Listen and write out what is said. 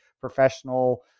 professional